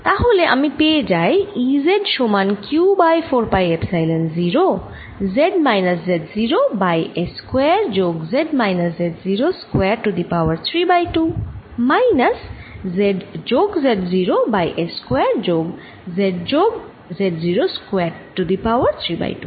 তাহলে আমি পেয়ে যাই E z সমান q বাই 4 পাই epsilon 0 z minus Z0 by s square যোগ z minus Z0 square to the power 3 by 2 minus z যোগ z0 বাই s স্কয়ার যোগ z যোগ Z0 square to the power 3 by 2